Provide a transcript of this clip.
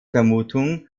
vermutung